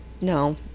No